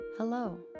Hello